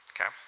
Okay